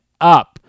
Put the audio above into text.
up